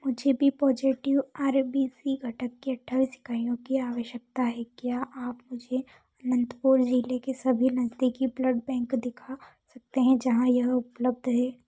मुझे B positive R B C घटक की अट्ठाइस इकाइयों की आवश्यकता है क्या आप मुझे अनंतपुर ज़िले के सभी नज़दीकी ब्लड बैंक दिखा सकते हैं जहाँ यह उपलब्ध है